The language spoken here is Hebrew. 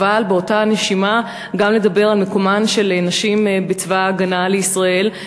אבל באותה נשימה גם לדבר על מקומן של נשים בצבא ההגנה לישראל.